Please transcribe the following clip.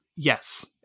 Yes